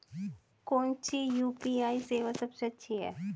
कौन सी यू.पी.आई सेवा सबसे अच्छी है?